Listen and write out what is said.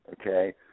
okay